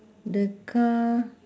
the car